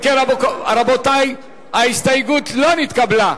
אם כן, רבותי, ההסתייגות לא נתקבלה.